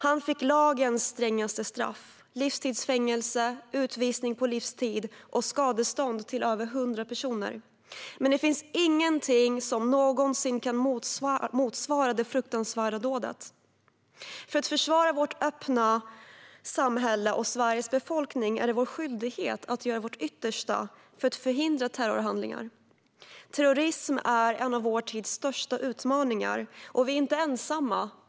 Han fick lagens strängaste straff: livstids fängelse, utvisning på livstid och skadestånd till över hundra personer. Men det finns ingenting som någonsin kan motsvara det fruktansvärda dådet. För att försvara vårt öppna samhälle och Sveriges befolkning är det vår skyldighet att göra vårt yttersta för att förhindra terrorhandlingar. Terrorism är en av vår tids största utmaningar, och vi är inte ensamma.